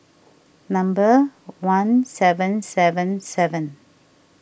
number one seven seven seven